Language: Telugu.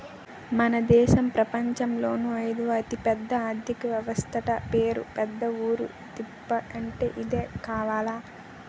మన దేశం ప్రపంచంలోనే అయిదవ అతిపెద్ద ఆర్థిక వ్యవస్థట పేరు పెద్ద ఊరు దిబ్బ అంటే ఇదే కావాల